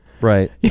Right